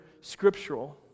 scriptural